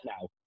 now